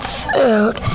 food